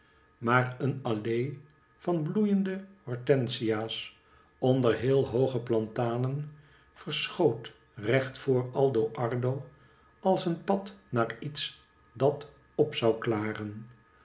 maar een allee van bloeiende hortensia's onder heel hooge platanen verschoot recht voor aldo ardo als een pad naar iets dat op zou klaren